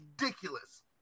ridiculous